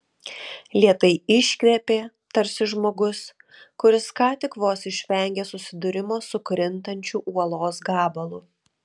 lėtai iškvėpė tarsi žmogus kuris ką tik vos išvengė susidūrimo su krintančiu uolos gabalu